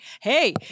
hey